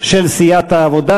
של סיעת העבודה.